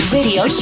Video